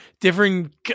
different